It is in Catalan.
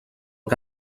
que